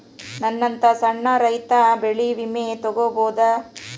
ನನ್ನಂತಾ ಸಣ್ಣ ರೈತ ಬೆಳಿ ವಿಮೆ ತೊಗೊಬೋದ?